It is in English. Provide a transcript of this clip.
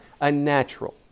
unnatural